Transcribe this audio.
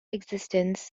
existence